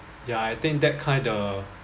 ya I think that kind of